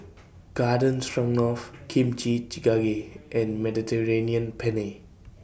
Garden Stroganoff Kimchi Jjigae and Mediterranean Penne